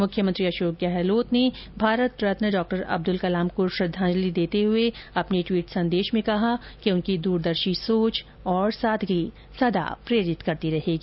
मुख्यमंत्री अशोक गहलोत ने भी भारत रत्न डॉ अब्दुल कलाम को श्रद्वांजलि देते हुए अपने संदेश में कहा कि उनकी दूरदर्शी सोच सादगी सदो प्रेरित करती रहेगी